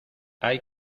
hay